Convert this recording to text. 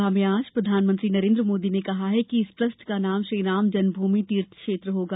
लोकसभा में आज प्रधानमंत्री नरेन्द्र मोदी ने कहा कि इस ट्रस्ट का नाम श्रीराम जन्म भूमि तीर्थ क्षेत्र होगा